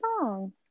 song